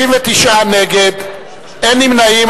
69 נגד, אין נמנעים.